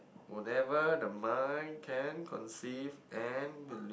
whatever the mind can conceive and believe